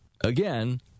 Again